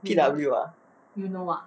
P W ah